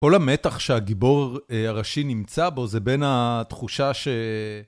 כל המתח שהגיבור הראשי נמצא בו, זה בין התחושה ש...